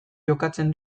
jokatzen